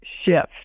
shift